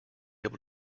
able